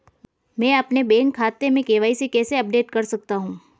मैं अपने बैंक खाते में के.वाई.सी कैसे अपडेट कर सकता हूँ?